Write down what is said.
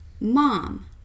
mom